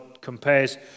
compares